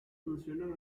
funcionan